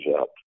up